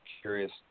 curious